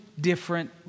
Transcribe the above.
different